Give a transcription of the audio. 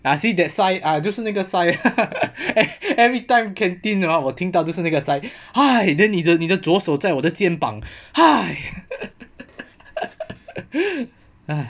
ah see that sigh ah 就是那个 sigh everytime canteen hor 我听到就是哪个 sigh then 你的你的左手在我的肩膀 haiya